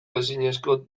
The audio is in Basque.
ezinezko